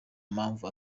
mpamvu